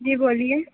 जी बोलिए